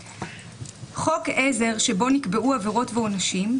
חוק עזר שבו נקבעו עבירות ועונשים,